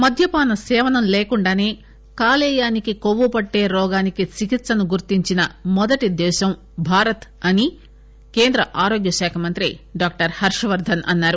మద్యపాన సేవనం లేకుండాసే కాలేయానికి కొవ్వు పట్టే రోగానికి చికిత్సను గుర్తించిన మొదటి దేశం భారత్ అని కేంద్ర ఆరోగ్య శాఖ మంత్రి డాక్టర్ హర్షవర్దన్ అన్నారు